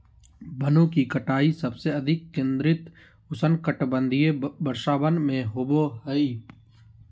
वनों की कटाई सबसे अधिक केंद्रित उष्णकटिबंधीय वर्षावन में होबो हइ